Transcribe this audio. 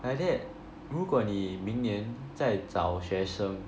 like that 如果你明年再找学生